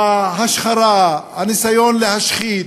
ההשחרה, הניסיון להשחית,